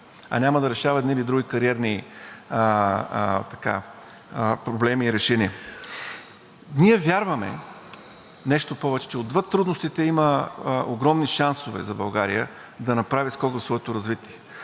а няма да решава едни или други кариерни проблеми и решения. Ние вярваме в нещо повече – че отвъд трудностите има огромни шансове за България да направи скок в своето развитие.